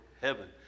heaven